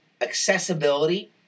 accessibility